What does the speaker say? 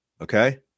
okay